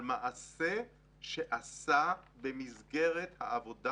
מדובר על מעשה שעשה במסגרת העבודה